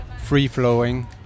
free-flowing